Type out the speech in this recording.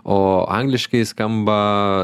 o angliškai skamba